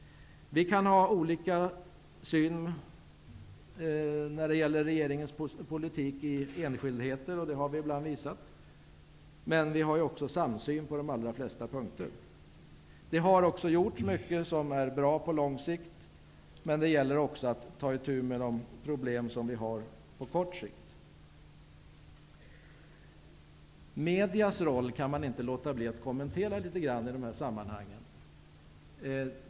Vi kan ha en annan syn än regeringen på enskildheter i politiken, och det har vi ibland visat, men på de allra flesta punkter råder samsyn. Det har gjorts mycket som är bra på sikt, men det gäller också att ta itu med problemen på kort sikt. Medias roll kan jag inte låta bli att kommentera litet grand i det här sammanhanget.